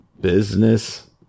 business